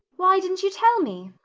why didn't you tell me?